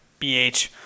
BH